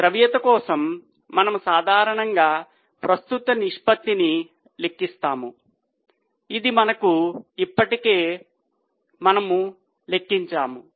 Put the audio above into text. ద్రవ్యత కోసం మనము సాధారణంగా ప్రస్తుత నిష్పత్తిని లెక్కిస్తాము ఇది మనము ఇప్పటికే లెక్కించాము